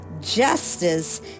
justice